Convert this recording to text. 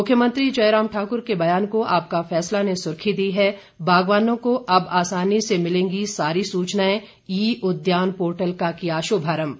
मुख्यमंत्री जयराम ठाक्र के बयान को आपका फैसला ने सुर्खी दी है बागवानों को अब आसानी से मिलेंगी सारी सूचनाएं ई उद्यान पोर्टल का किया शुभारंभ